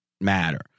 matter